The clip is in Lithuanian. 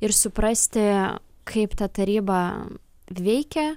ir suprasti kaip ta taryba veikia